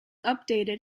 updated